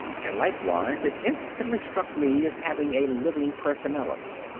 and likewise it instantly struck me as having a living personality,